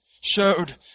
showed